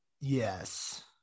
Yes